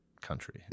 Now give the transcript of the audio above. country